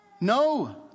No